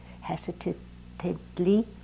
hesitantly